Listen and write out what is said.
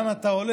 לאן אתה הולך.